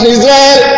Israel